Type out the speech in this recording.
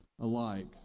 alike